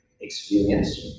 experience